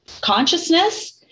consciousness